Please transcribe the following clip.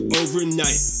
overnight